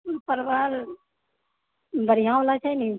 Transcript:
परवल बढ़िऑं बला छै ने